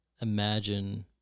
imagine